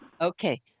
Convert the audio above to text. Okay